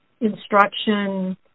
instruction